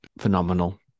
phenomenal